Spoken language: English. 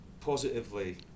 positively